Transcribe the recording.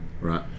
right